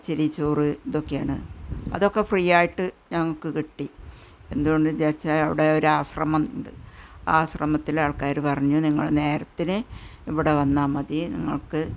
പച്ചരി ചോറ് ഇതൊക്കെയാണ് അതൊക്കെ ഫ്രീയായിട്ട് ഞങ്ങള്ക്ക് കിട്ടി എന്തുകൊണ്ടെന്നു വെച്ചാൽ അവിടെ ഒരു ആശ്രമം ഉണ്ട് ആ ആശ്രമത്തിലെ ആള്ക്കാർ പറഞ്ഞു നിങ്ങൾ നേരത്തിന് ഇവിടെ വന്നാല് മതി നിങ്ങള്ക്ക്